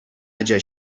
ача